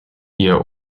ihr